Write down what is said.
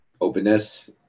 openness